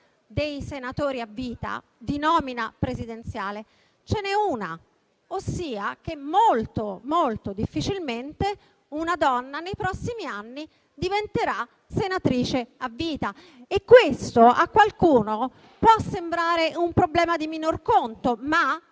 dei senatori a vita di nomina presidenziale ce n'è una, ossia che molto difficilmente una donna nei prossimi anni diventerà senatrice a vita. Questo a qualcuno può sembrare un problema di minor conto, ma